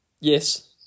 Yes